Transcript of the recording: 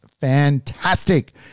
fantastic